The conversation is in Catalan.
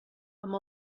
amb